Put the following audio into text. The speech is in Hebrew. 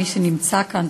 מי שנמצא כאן,